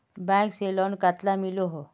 Bank से loan कतला मिलोहो?